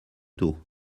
tôt